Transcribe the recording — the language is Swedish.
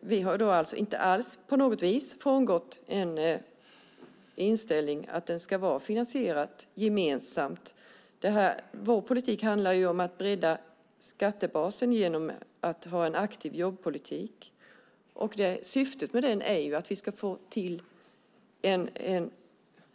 Vi har inte på något vis frångått inställningen att den ska vara gemensamt finansierad. Vår politik handlar om att bredda skattebasen genom en aktiv jobbpolitik. Syftet med den är vi ska få en